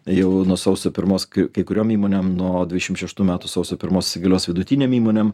jau nuo sausio pirmos kai kuriom įmonėm nuo dvidešimt šeštų metų sausio pirmos įsigalios vidutinėm įmonėm